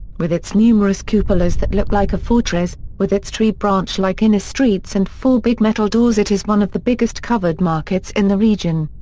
with its numerous cupolas that look like a fortress, with its tree-branch-like inner streets and four big metal doors it is one of the biggest covered markets in the region.